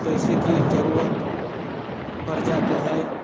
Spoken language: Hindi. पैसे की ज़रूरत पड़ जाते है